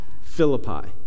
Philippi